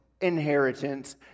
inheritance